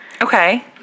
Okay